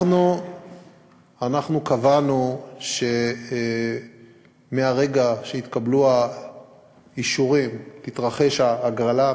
אנחנו קבענו שמהרגע שהתקבלו האישורים תתרחש ההגרלה.